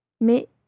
Mais